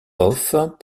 offs